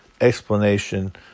explanation